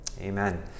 Amen